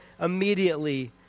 immediately